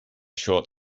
short